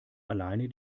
alleine